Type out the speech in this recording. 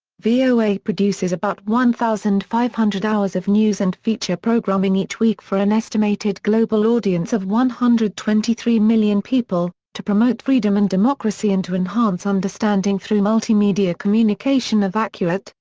voa produces about one thousand five hundred hours of news and feature programming each week for an estimated global audience of one hundred and twenty three million people, to promote freedom and democracy and to enhance understanding through multimedia communication of accurate,